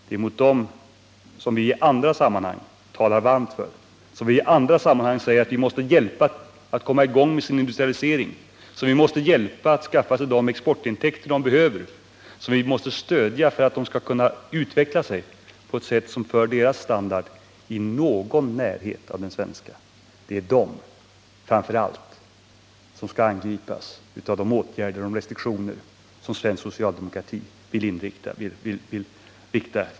Det är de som vi i andra sammanhang talar varmt för, de som vi i andra sammanhang säger att vi måste hjälpa att komma i gång med sin industrialisering, som vi måste hjälpa att skaffa de importintäkter de behöver, som vi måste stödja för att de skall kunna utvecklas på ett sätt som för upp deras standard i någon närhet av den svenska — det är framför allt de som skall angripas med de åtgärder och restriktioner som svensk socialdemokrati vill införa.